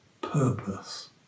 purpose